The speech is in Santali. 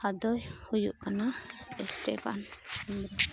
ᱟᱫᱚᱭ ᱦᱩᱭᱩᱜ ᱠᱟᱱᱟ ᱤᱥᱴᱷᱮᱯᱷᱮᱱ ᱦᱮᱵᱨᱚᱢ